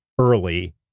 early